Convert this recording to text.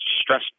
stress